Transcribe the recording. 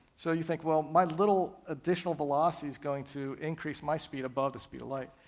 so you think, well my little additional velocity is going to increase my speed above the speed of light.